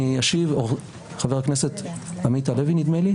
אני אשיב, חבר הכנסת עמית הלוי נדמה לי.